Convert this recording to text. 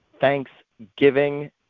Thanksgiving